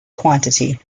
quantity